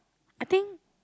I think